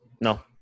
No